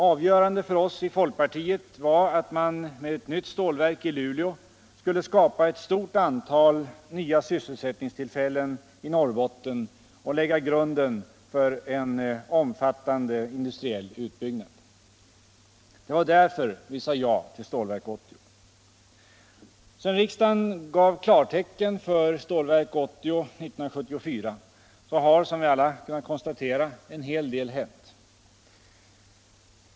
Avgörande för oss i folkpartiet var att man med ett nytt stålverk i Luleå skulle skapa ett stort antal nya sysselsättningstillfällen i Norrbotten och lägga grunden till en omfattande industriell utbyggnad. Det var därför vi sade ja till Stålverk 80. Sedan riksdagen gav klartecken för Stålverk 80 år 1974 har, som vi alla kunnat konstatera, en hel del hänt.